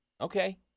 okay